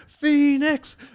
Phoenix